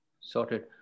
Sorted